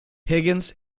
higgins